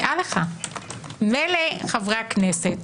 מילא חברי הכנסת